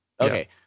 Okay